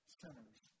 sinners